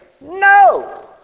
no